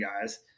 guys